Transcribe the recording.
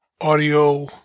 audio